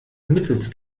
mittels